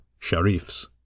sharifs